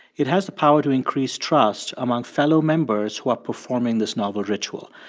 it has the power to increase trust among fellow members who are performing this novel ritual.